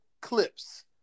clips